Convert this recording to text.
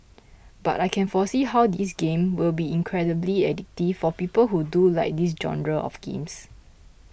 but I can foresee how this game will be incredibly addictive for people who do like this genre of games